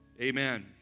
Amen